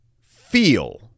feel